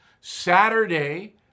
Saturday